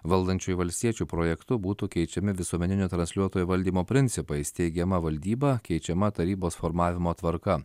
valdančiųjų valstiečių projektu būtų keičiami visuomeninio transliuotojo valdymo principai steigiama valdyba keičiama tarybos formavimo tvarka